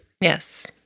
Yes